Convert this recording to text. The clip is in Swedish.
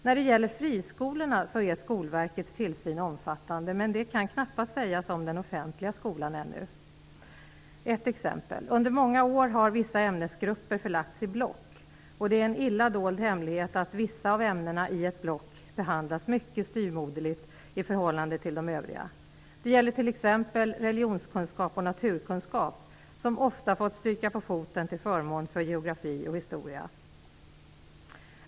När det gäller friskolorna är Skolverkets tillsyn omfattande, men det kan knappast sägas om den offentliga skolan ännu. Ett exempel: Under många år har vissa ämnesgrupper förlagts i block. Det är en illa dold hemlighet att vissa av ämnena i ett block behandlas mycket styvmoderligt i förhållande till de övriga ämnena. Det gäller t.ex. religionskunskap och naturkunskap, som ofta fått stryka på foten till förmån för geografi och historia.